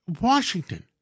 Washington